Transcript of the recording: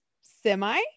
semi